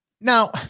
Now